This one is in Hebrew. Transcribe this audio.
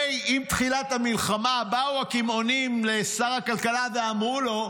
עם תחילת המלחמה באו הקמעונאים לשר הכלכלה ואמרו לו: